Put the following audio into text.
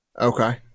Okay